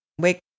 wake